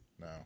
No